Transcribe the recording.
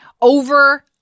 over